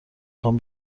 خوام